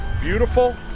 beautiful